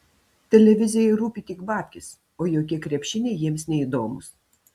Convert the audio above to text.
televizijai rūpi tik babkės o jokie krepšiniai jiems neįdomūs